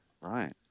Right